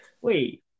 Wait